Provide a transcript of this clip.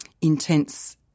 intense